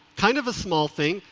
kind of a small thing,